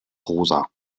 rosa